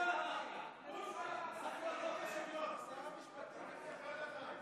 השוויון אחר כך,